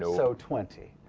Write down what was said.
so twenty.